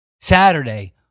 Saturday